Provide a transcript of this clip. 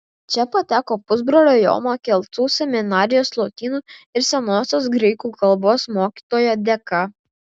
čia pateko pusbrolio jono kelcų seminarijos lotynų ir senosios graikų kalbos mokytojo dėka